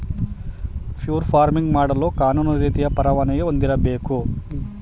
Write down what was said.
fur farming ಮಾಡಲು ಕಾನೂನು ರೀತಿಯ ಪರವಾನಿಗೆ ಹೊಂದಿರಬೇಕು